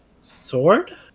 ...sword